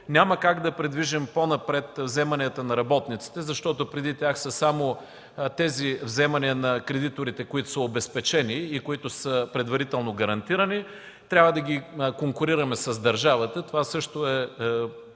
Няма как да придвижим по-напред вземанията на работниците, защото преди тях са само тези вземания на кредиторите, които са обезпечени и предварително гарантирани. Трябва да ги конкурираме с държавата – това също е